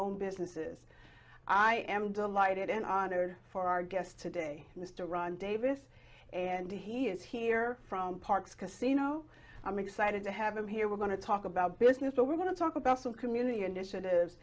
own businesses i am delighted and honored for our guests today mr ron davis and he is here from parks casino i'm excited to have him here we're going to talk about business but we're going to talk about some community initiatives